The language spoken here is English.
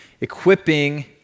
equipping